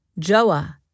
Joah